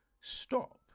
stop